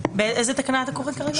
הפרטים והמסמכים המנויים בתקנות 13(1)